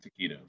taquitos